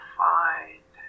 find